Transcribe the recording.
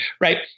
right